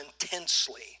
intensely